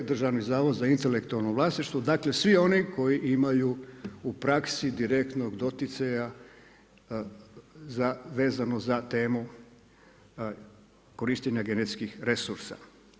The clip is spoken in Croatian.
Državni zavod za intelektualno vlasništvo, dakle svi oni koji imaju u praksi direktnog doticaja vezano za temu korištenje genetskih resursa.